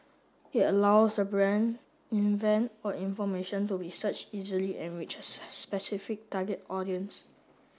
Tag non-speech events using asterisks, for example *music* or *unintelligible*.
it allows the brand event or information to be searched easily and reach a *unintelligible* specific target audience